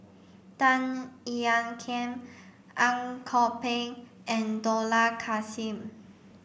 Tan Ean Kiam Ang Kok Peng and Dollah Kassim